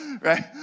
Right